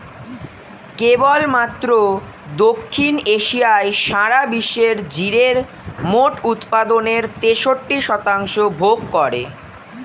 কেবলমাত্র দক্ষিণ এশিয়াই সারা বিশ্বের জিরের মোট উৎপাদনের তেষট্টি শতাংশ ভোগ করে